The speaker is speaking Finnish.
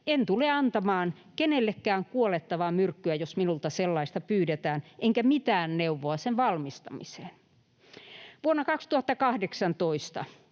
”En tule antamaan kenellekään kuolettavaa myrkkyä, jos minulta sellaista pyydetään, enkä mitään neuvoa sen valmistamiseen.” Vuonna 2018